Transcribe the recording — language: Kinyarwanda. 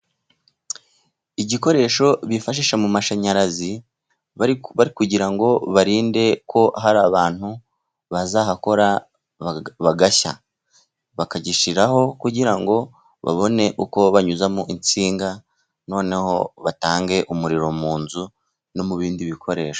Igikoresho bifashisha mu mashanyarazi kugira ngo barinde ko hari abantu bazahakora bagashya, bakagishyiraho kugira ngo babone uko banyuzamo insinga, noneho batange umuriro mu nzu no mu bindi bikoresho.